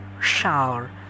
shower